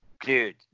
Dude